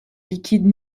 liquide